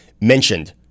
mentioned